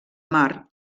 mar